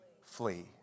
flee